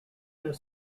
have